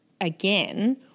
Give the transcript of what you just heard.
again